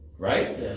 Right